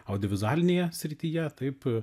audiovizualinėje srityje taip